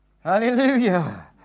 Hallelujah